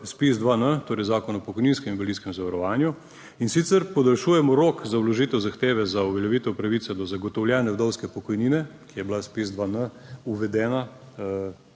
ZPIZ-2N, torej Zakon o pokojninskem in invalidskem zavarovanju, in sicer podaljšujemo rok za vložitev zahteve za uveljavitev pravice do zagotovljene vdovske pokojnine, ki je bila ZPIZ-2N uvedena